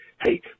Hey